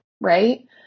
right